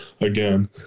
again